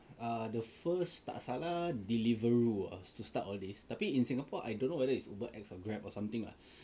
err the first tak salah Deliveroo was to start all this tapi in Singapore I don't know whether is Uber X or Grab or something lah